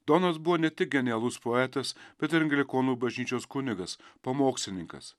donas buvo ne tik genialus poetas bet ir anglikonų bažnyčios kunigas pamokslininkas